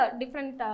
different